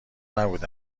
نبوده